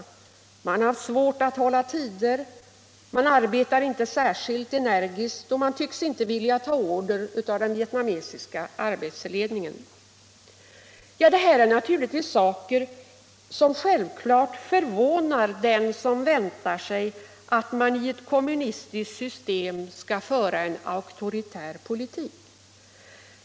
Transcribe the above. Vietnameserna har svårt att hålla tider, de arbetar inte särskilt energiskt och de tycks inte vilja ta order av den vietnamesiska arbetsledningen. Det här är naturligtvis saker som förvånar den som väntat sig att man i ett kommunistiskt system skall föra en auktoritär politik.